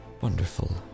Wonderful